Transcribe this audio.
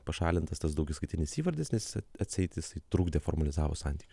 pašalintas tas daugiskaitinis įvardis nes atseit jisai trukdė formalizavo santykius